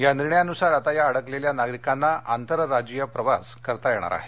या निर्णयानुसार आता या अडकलेल्या नागरिकांना आंतरराज्यीय प्रवास करता येणार आहे